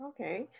Okay